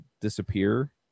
disappear